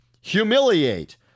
humiliate